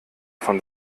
von